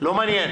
לא מעניין.